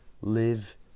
live